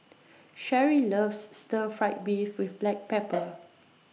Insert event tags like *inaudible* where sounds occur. Sherri loves Stir Fry Beef with Black *noise* Pepper